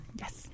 Yes